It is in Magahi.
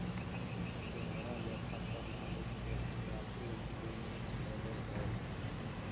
दोहरा लेखा प्रणाली के शुरुआती इटली में होले हल